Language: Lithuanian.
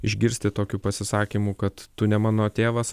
išgirsti tokių pasisakymų kad tu ne mano tėvas